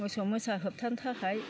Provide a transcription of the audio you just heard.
मोसौ मोसा होबथानो थाखाय